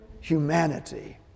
humanity